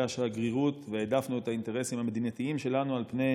השגרירות והעדפנו את האינטרסים המדינתיים שלנו על פני